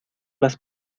las